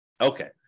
Okay